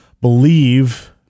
believe